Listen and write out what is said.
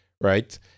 right